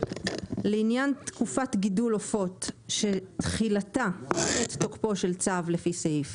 לעניין תקופת גידול עופות שתחילתה עת תוקפו של צו לפי סעיף,